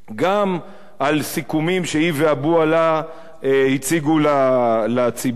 גם על סיכומים שהיא ואבו עלא הציגו לציבור,